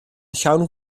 llawn